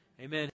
Amen